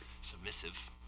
submissive